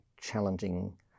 challenging